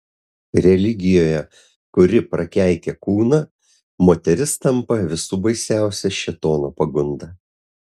religijoje kuri prakeikia kūną moteris tampa visų baisiausia šėtono pagunda